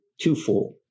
twofold